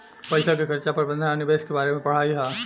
पईसा के खर्चा प्रबंधन आ निवेश के बारे में पढ़ाई ह